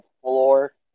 floor